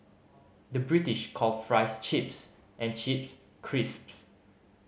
the British calls fries chips and chips crisps